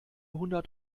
hundert